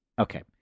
Okay